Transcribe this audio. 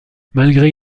malgré